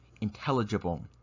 intelligible